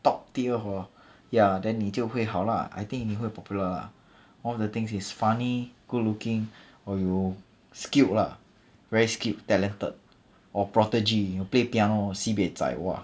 top tier hor ya then 你就会好了 I think 你会 popular lah one of the things is funny good looking or you skilled lah very skilled talented or prodigy you play piano sibeh zai !wah!